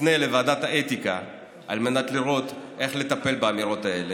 אפנה לוועדת האתיקה על מנת לראות איך לטפל באמירות האלה,